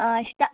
ఇస్తాను